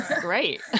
great